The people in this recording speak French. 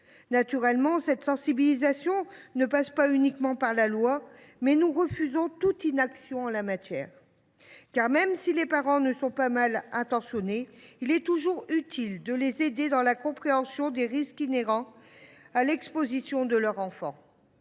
Naturellement, cette sensibilisation ne passe pas uniquement par la loi, mais nous refusons toute inaction en la matière. En effet, même si les parents ne sont pas mal intentionnés, il est toujours utile de les aider dans la compréhension des risques inhérents à l’exposition de leur enfant.